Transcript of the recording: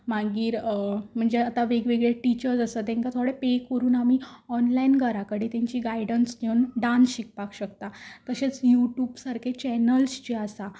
मागीर म्हणजे आतां वेगवेगळे टिचर्स आसा तेंकां थोडे पे करून आमी ऑनलायन घरा कडेन तेंची गायडन्स घेवन डान्स शिकपाक शकता तशेंच युट्यूब सारकेले चॅनल्स जे आसात